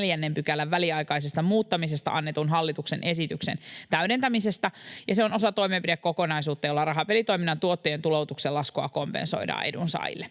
4 §:n väliaikaisesta muuttamisesta annetun hallituksen esityksen täydentämisestä, ja se on osa toimenpidekokonaisuutta, jolla rahapelitoiminnan tuottojen tuloutuksen laskua kompensoidaan edunsaajille.